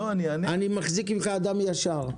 אני מחזיק ממך אדם ישר.